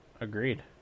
Agreed